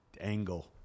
angle